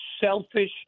selfish